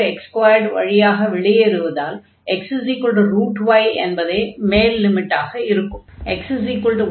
yx2 வழியாக வெளியேறுவதால் x y என்பதே மேல் லிமிட்டாக இருக்கும்